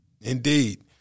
Indeed